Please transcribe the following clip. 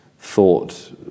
Thought